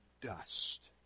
dust